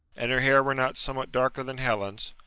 an her hair were not somewhat darker than helen's-well,